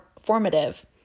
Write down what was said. formative